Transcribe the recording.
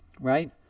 Right